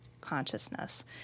consciousness